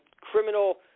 criminal